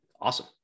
awesome